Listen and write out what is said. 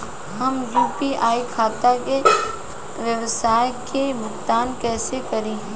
हम यू.पी.आई खाता से व्यावसाय के भुगतान कइसे करि?